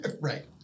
Right